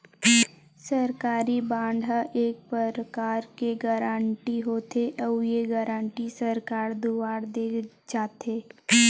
सरकारी बांड ह एक परकार के गारंटी होथे, अउ ये गारंटी सरकार दुवार देय जाथे